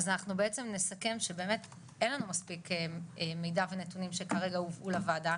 אנחנו נסכם שבאמת אין לנו מספיק מידע ונתונים שכרגע הובאו לוועדה.